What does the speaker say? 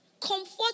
Comfort